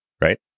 Right